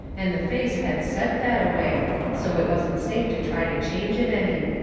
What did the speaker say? and the face had set that-a-way, so it wasn't safe to try to change it any.